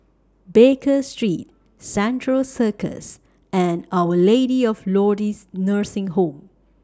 Baker Street Central Circus and Our Lady of Lourdes Nursing Home